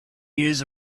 years